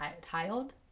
titled